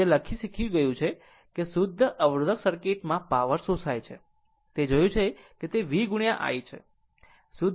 આમ જે શીખી ગયું કે શુદ્ધ અવરોધક સર્કિટમાં પાવર શોષાય છે તે જોયું છે કે તે v I છે